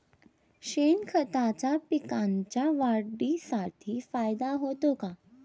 शेणखताचा पिकांच्या वाढीसाठी फायदा होतो का?